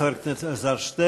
תודה לחבר הכנסת אלעזר שטרן,